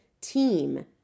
team